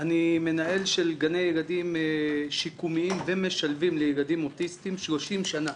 אני מנהל של גני ילדים שיקומיים ומשלבים לילדים אוטיסטים 30 שנה.